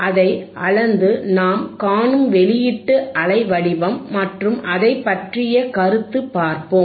அதை அளந்து நாம் காணும் வெளியீட்டு அலைவடிவம் மற்றும் அதைப் பற்றிய கருத்துத் பார்ப்போம்